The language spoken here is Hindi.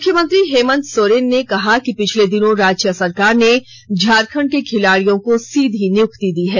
मुख्यमंत्री हेमन्त सोरेन ने कहा कि पिछले दिनों राज्य सरकार ने झारखंड के खिलाड़ियों को सीधी नियुक्ति दी है